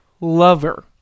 lover